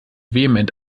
vehement